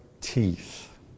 teeth